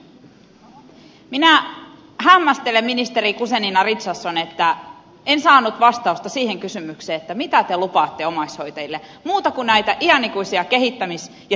minä hämmästelen ministeri guzenina richardson että en saanut vastausta siihen kysymykseen mitä te lupaatte omaishoitajille muuta kuin näitä iänikuisia kehittämis ja selvittämisohjelmia